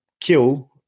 kill